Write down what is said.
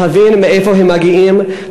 להבין מאיפה הם מגיעים,